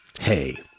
Hey